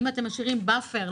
האם אתם משאירים buffer,